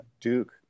duke